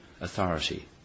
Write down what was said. authority